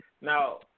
now